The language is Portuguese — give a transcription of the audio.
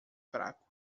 fraco